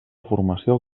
formació